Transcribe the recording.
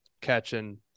catching